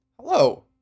Hello